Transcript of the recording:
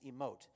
emote